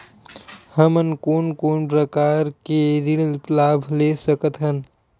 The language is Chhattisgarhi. हमन कोन कोन प्रकार के ऋण लाभ ले सकत हन?